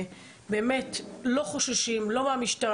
לא חוששים לא מהמשטרה.